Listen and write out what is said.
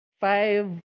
five